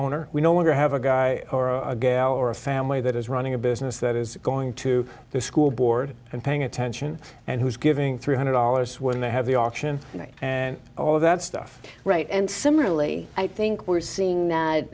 owner we no longer have a guy or a gal or a family that is running a business that is going to the school board and paying attention and who's giving three hundred dollars when they have the option and all of that stuff right and similarly i think we're seeing